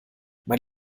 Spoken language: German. mein